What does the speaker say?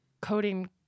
Coding